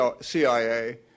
CIA